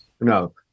No